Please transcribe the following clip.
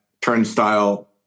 turnstile